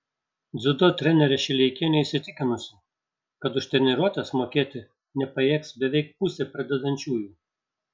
dziudo trenerė šileikienė įsitikinusi kad už treniruotes mokėti nepajėgs beveik pusė pradedančiųjų